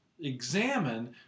examine